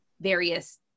various